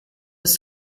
was